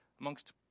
amongst